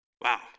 Wow